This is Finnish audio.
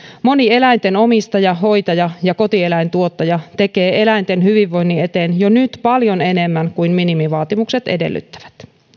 moni eläintenomistaja hoitaja ja kotieläintuottaja tekee eläinten hyvinvoinnin eteen jo nyt paljon enemmän kuin minimivaatimukset edellyttävät